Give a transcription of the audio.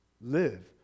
Live